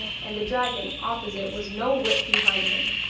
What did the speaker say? and the dragon opposite was no whit behind him.